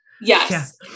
Yes